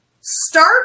Start